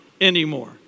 anymore